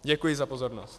Děkuji za pozornost.